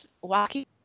walking